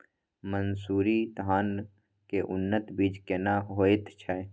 मन्सूरी धान के उन्नत बीज केना होयत छै?